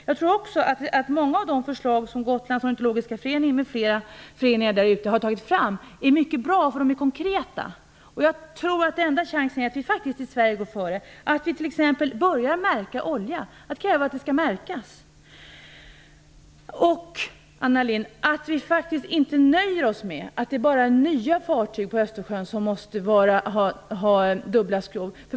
Jag tror också att många av de förslag som Gotlands ornitologiska förening m.fl. föreningar på Gotland har tagit fram är mycket bra, eftersom de är konkreta. Den enda chansen är att vi i Sverige faktiskt går före, att vi t.ex. börjar kräva att oljan skall märkas, och, Anna Lindh, att vi inte nöjer oss med att bara nya fartyg på Östersjön måste ha dubbla skrov.